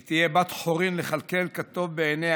והיא תהיה בת-חורין לכלכל כטוב בעיניה